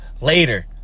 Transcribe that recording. later